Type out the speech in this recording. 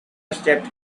stepped